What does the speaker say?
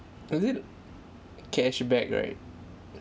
is it cashback right`